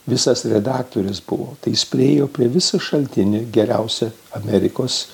visas redaktorius buvo tai jis priėjo prie visų šaltinių geriausia amerikos